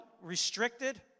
restricted